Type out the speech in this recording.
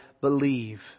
believe